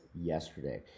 yesterday